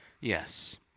Yes